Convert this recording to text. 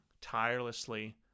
tirelessly